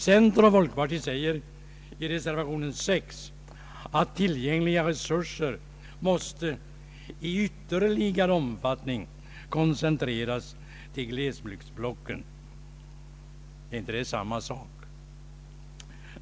Center och folkparti säger i reservation nr 6 att tillgängliga resurser måste ”i ytterligare omfattning” koncentreras = till glesbygdsblocken. är inte det samma sak?